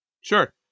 Sure